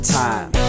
time